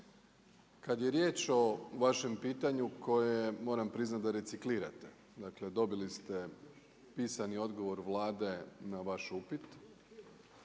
Kad je riječ o vašem pitanju koje moram priznati da reciklirate, dakle dobili ste pisani odgovor Vlade na vaš upit.